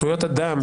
אתמול.